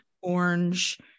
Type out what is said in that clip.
orange